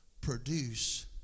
produce